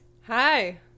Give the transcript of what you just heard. Hi